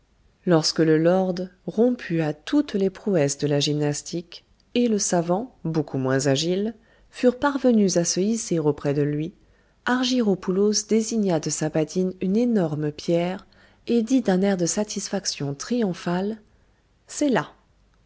lorsque le lord rompu à toutes les prouesses de la gymnastique et le savant beaucoup moins agile furent parvenus à se hisser auprès de lui argyropoulos désigna de sa badine une énorme pierre et dit d'un air de satisfaction triomphale c'est là